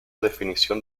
definición